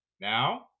Now